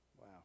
Wow